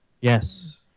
Yes